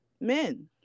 men